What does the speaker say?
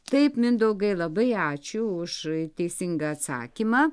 taip mindaugai labai ačiū už teisingą atsakymą